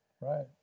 right